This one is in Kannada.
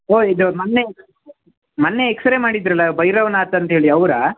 ಓ ಇದು ಮೊನ್ನೆ ಮೊನ್ನೆ ಎಕ್ಸ ರೇ ಮಾಡಿದ್ದರಲ್ಲ ಭೈರವ್ ನಾಥ್ ಅಂತೇಳಿ ಅವರಾ